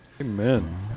Amen